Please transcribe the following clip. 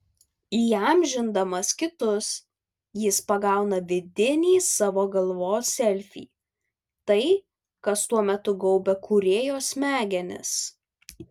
įamžindamas kitus jis pagauna vidinį savo galvos selfį tai kas tuo metu gaubia kūrėjo smegenis